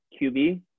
QB